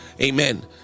Amen